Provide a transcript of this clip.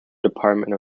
department